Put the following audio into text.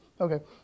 Okay